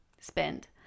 spend